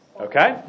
Okay